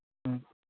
ꯎꯝ